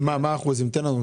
אז מה האחוזים שמצאת בסקר?